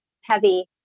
heavy